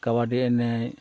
ᱠᱟᱵᱟᱰᱤ ᱮᱱᱮᱡ